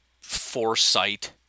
foresight